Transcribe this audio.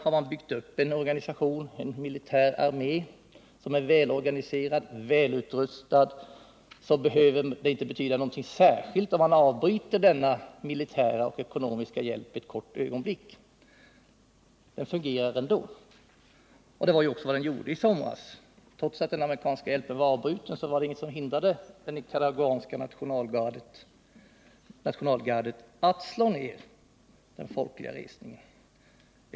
Har man byggt upp en militär organisation och en armé som är väl organiserad och välutrustad, behöver det inte betyda någonting särskilt om man avbryter denna ekonomiska och militära hjälp ett kort ögonblick — den fungerar ändå. Och det är ju också vad den gjorde i somras; trots att den amerikanska hjälpen då var avbruten, var det ingenting som hindrade det nicaraguanska nationalgardet att slå ner den folkliga resningen.